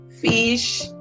fish